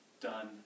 done